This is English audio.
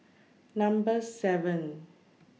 Number seven